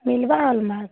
ମିଲ୍ବା ହଲ୍ମାର୍କ୍